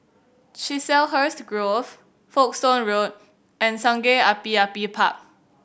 Chiselhurst Grove Folkestone Road and Sungei Api Api Park